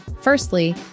Firstly